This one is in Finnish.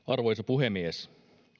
arvoisa puhemies